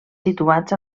situats